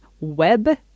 Web